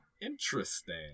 interesting